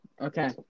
Okay